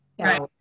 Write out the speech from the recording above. Right